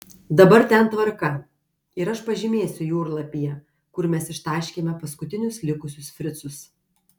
dabar ten tvarka ir aš pažymėsiu jūrlapyje kur mes ištaškėme paskutinius likusius fricus